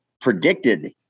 predicted